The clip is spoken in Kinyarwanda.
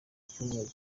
icyumweru